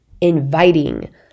inviting